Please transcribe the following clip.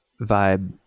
vibe